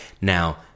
Now